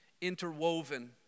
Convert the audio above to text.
interwoven